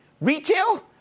Retail